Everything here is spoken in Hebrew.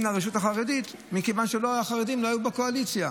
לרשות החרדית מכיוון שהחרדים לא היו בקואליציה,